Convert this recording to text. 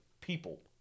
people